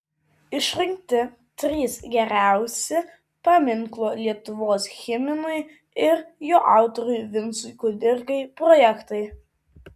išrinkti trys geriausi paminklo lietuvos himnui ir jo autoriui vincui kudirkai projektai